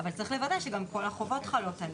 אבל, צריך לוודא שגם כל החובות חלות עליה.